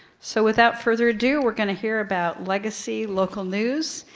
so without further ado, we're gonna hear about legacy local news.